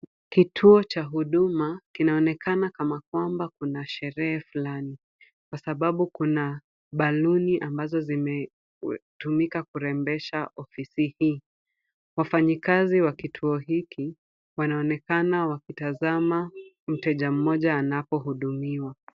Kituo cha Huduma kinaonekana kama kwamba kuna sherehe fulani. Kwa sababu kuna baluni ambazo zimeutumika kurembesha ofisi hii. Wafanyi kazi wa kituo hiki wana onekana waki tazama mteja mmoja anapo hudumiwa.